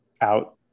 out